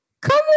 come